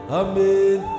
amen